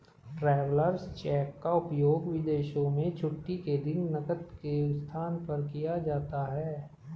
travellers cheque का उपयोग विदेशों में छुट्टी के दिन नकद के स्थान पर किया जाता है